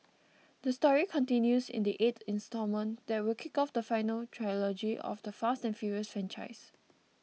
the story continues in the eight instalment that will kick off the final trilogy of the Fast and Furious franchise